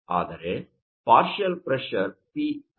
ಆದರೆ partial pressure pi